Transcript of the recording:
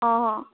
অঁ